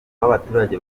w’abaturage